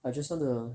I just want to